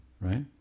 right